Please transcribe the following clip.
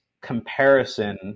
comparison